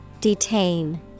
detain